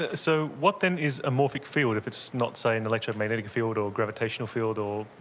ah so, what then is a morphic field if it's not, say, an electromagnetic field or gravitational field or,